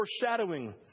foreshadowing